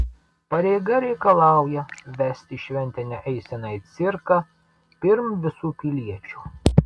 pareiga reikalauja vesti šventinę eiseną į cirką pirm visų piliečių